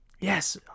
Yes